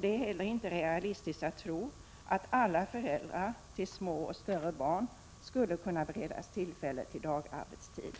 Det är inte heller realistiskt att tro att alla föräldrar till små och större barn skulle kunna beredas tillfälle till dagarbetstid.